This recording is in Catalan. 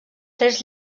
tres